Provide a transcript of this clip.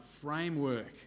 framework